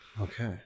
Okay